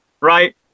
Right